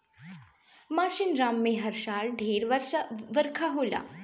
मासिनराम में हर साल ढेर बरखा होला